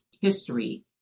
history